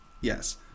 Yes